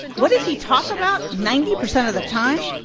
what does he talk about ninety percent of the time?